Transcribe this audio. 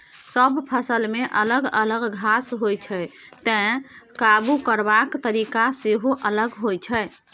सब फसलमे अलग अलग घास होइ छै तैं काबु करबाक तरीका सेहो अलग होइ छै